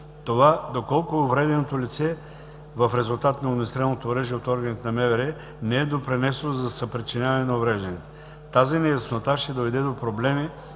това доколко увреденото лице в резултат на огнестрелното оръжие от органите на МВР не е допринесло за съпричиняване на увреждането. Тази неяснота ще доведе до проблеми